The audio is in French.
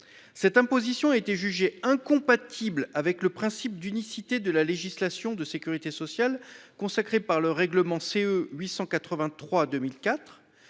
Cette imposition a été jugée incompatible avec le principe d’unicité de la législation de sécurité sociale, consacré par le règlement (CE) n° 883/2004.